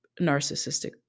narcissistic